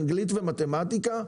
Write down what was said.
אנגלית ומתמטיקה,